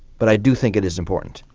but i do think it is important.